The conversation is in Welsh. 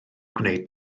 gwneud